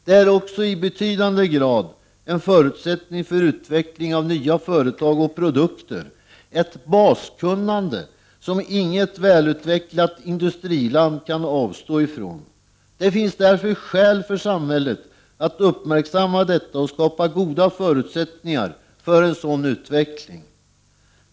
Det är också i betydande grad en förutsättning för utveckling av nya företag och produkter — ett baskunnande som inget välutvecklat industriland kan avstå från. Det finns därför skäl för samhället att uppmärksamma detta och skapa goda förutsättningar för en sådan utveckling.